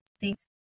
Thanks